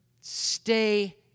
stay